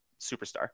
superstar